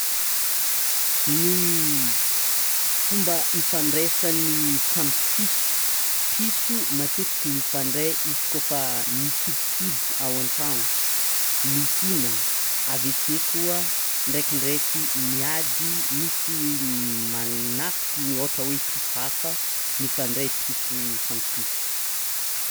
Ny fomba ifandraisan'ny samy piso: piso matetiky mifandray izy koafa mikidikidy ao an-tragno, mihinagna, aveke koa ndraikindraiky miady misy manafiky ny-ohatra hoe piso hafa mifandray piso samy piso.